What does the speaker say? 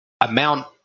amount